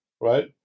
right